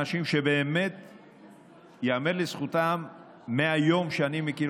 אנשים שייאמר לזכותם שמהיום שאני מכיר